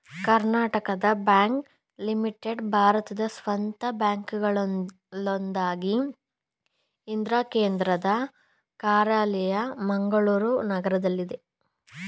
Karnataka bank limited ಭಾರತದ ಸ್ವಂತ ಬ್ಯಾಂಕ್ಗಳಲ್ಲೊಂದಾಗಿದೆ ಇದ್ರ ಕೇಂದ್ರ ಕಾರ್ಯಾಲಯ ಮಂಗಳೂರು ನಗರದಲ್ಲಿದೆ